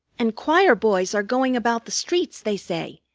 and choir-boys are going about the streets, they say,